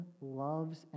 loves